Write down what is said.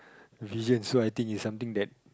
vision so I think is something that